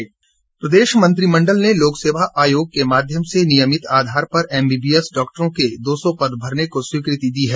cabinet प्रदेश मंत्रिमंडल ने लोकसेवा आयोग के माध्यम से नियमित आधार पर एमबीबीएस डॉक्टरों के दो सौ पद भरने को स्वीकृति दी है